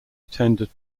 attended